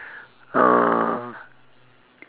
uh